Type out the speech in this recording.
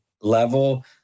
level